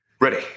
Ready